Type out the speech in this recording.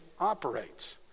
operates